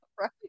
Right